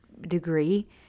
degree